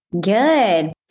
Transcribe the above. Good